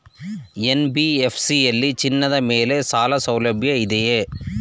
NBFC ಯಲ್ಲಿ ಚಿನ್ನದ ಮೇಲೆ ಸಾಲಸೌಲಭ್ಯ ಇದೆಯಾ?